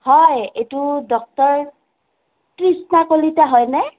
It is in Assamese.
হয় এইটো ডক্তৰ তৃষ্ণা কলিতা হয়নে